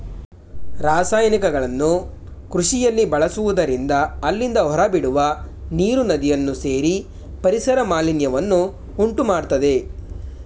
ರಾಸಾಯನಿಕಗಳನ್ನು ಕೃಷಿಯಲ್ಲಿ ಬಳಸುವುದರಿಂದ ಅಲ್ಲಿಂದ ಹೊರಬಿಡುವ ನೀರು ನದಿಯನ್ನು ಸೇರಿ ಪರಿಸರ ಮಾಲಿನ್ಯವನ್ನು ಉಂಟುಮಾಡತ್ತದೆ